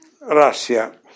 Russia